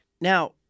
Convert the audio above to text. Now